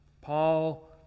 Paul